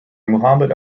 muhammad